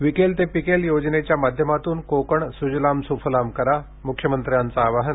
विकेल ते पिकेल योजनेच्या माध्यमातून कोकण सुजलाम सुफलाम करा मुख्यमंत्र्यांचं आवाहन